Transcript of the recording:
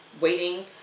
waiting